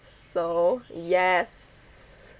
so yes